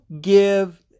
give